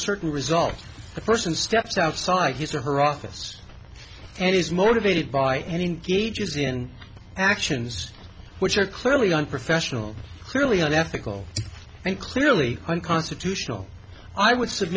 certain result a person steps outside his or her office and is motivated by engages in actions which are clearly unprofessional clearly unethical and clearly unconstitutional i would s